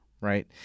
right